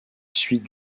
suite